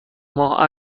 ماه